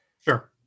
sure